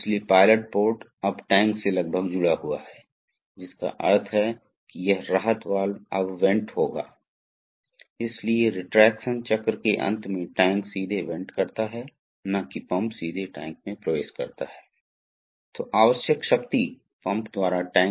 इसलिए उन्हें ठंडा नहीं किया जाएगा उनकी हवा को हटाया नहीं जाएगा इसलिए एक बाफ़ल रखा गया है ताकि ये जो तरल पदार्थ आता है वह इस बिंदु के आसपास सेटल रहे और जो तरल पदार्थ पहले आया है वह वास्तव में पंप में जाता है